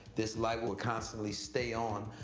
this light will constantly stay on,